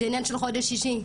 זה עניין של חודש שישי,